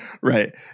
right